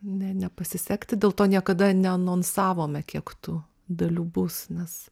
ne nepasisekti dėl to niekada neanonsavome kiek tų dalių bus nes